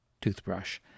toothbrush